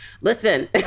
Listen